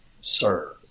sir